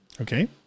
okay